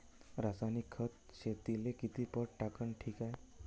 रासायनिक खत शेतीले किती पट टाकनं ठीक हाये?